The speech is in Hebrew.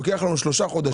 לוקח לנו 3 חודשים.